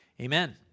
amen